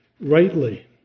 rightly